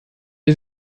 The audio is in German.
die